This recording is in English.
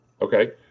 Okay